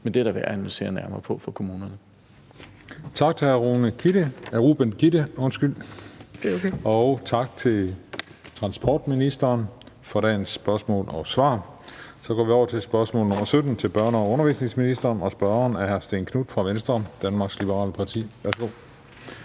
Den fg. formand (Christian Juhl): Tak til hr. Ruben Kidde og tak til transportministeren for dagens spørgsmål og svar. Så går vi over til spørgsmål nr. 17 til børne- og undervisningsministeren, og spørgeren er hr. Stén Knuth fra Venstre, Danmarks Liberale Parti.